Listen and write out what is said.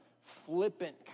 flippant